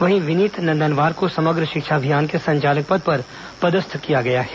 वहीं विनीत नंदनवार को समग्र शिक्षा अभियान के संचालक पद पर पदस्थ किया गया है